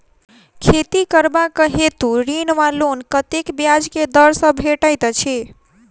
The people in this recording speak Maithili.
खेती करबाक हेतु ऋण वा लोन कतेक ब्याज केँ दर सँ भेटैत अछि?